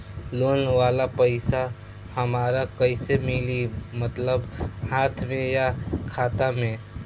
Loan वाला पैसा हमरा कइसे मिली मतलब हाथ में या खाता में?